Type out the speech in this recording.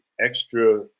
extra